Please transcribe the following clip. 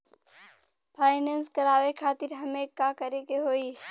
Finance करावे खातिर हमें का करे के होई?